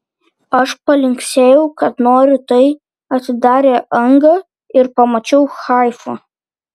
aš palinksėjau kad noriu tai atidarė angą ir pamačiau haifą